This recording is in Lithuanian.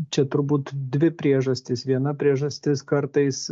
čia turbūt dvi priežastys viena priežastis kartais